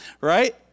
Right